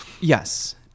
Yes